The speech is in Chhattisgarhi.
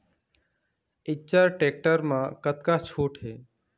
इच्चर टेक्टर म कतका छूट हे?